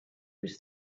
was